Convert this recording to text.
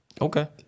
Okay